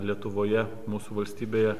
lietuvoje mūsų valstybėje